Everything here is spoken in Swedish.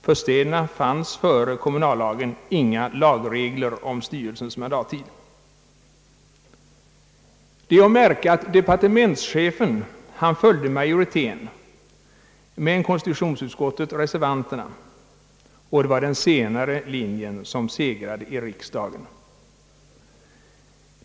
För städerna fanns före kommunallagen inga lagregler, om styrelsernas mandattid. Det är att märka att departementschefen följde majoriteten men att konstitutionsutskottet följde reservanterna och att det var den senare linjen som segrade i riksdagen.